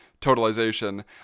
totalization